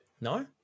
no